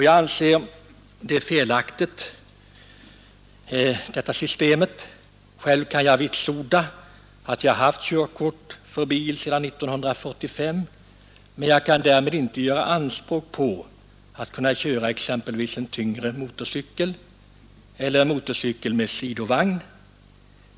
Jag anser nuvarande systemet felaktigt. Själv kan jag vitsorda att jag haft körkort för bil sedan 1945, men jag vill därför inte göra anspråk på att kunna köra exempelvis en tyngre motorcykel eller motorcykel med sidovagn.